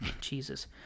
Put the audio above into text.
Jesus